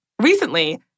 Recently